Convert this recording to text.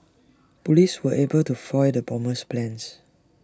Police were able to foil the bomber's plans